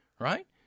right